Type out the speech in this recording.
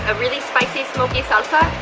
ah really spicy smoky salsa